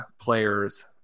players